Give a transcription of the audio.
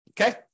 Okay